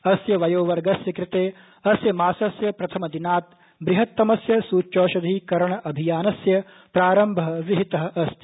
अस्य वयोवर्गस्य कृते अस्य मासस्य प्रथमदिनात प्रहत्तमस्य सूच्यौषधीकरणाभियानस्य प्रारम्भः विहितः अस्ति